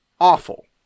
awful